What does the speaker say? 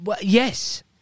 yes